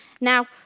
now